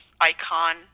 Icon